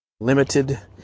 limited